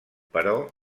però